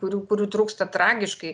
kurių kurių trūksta tragiškai